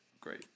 great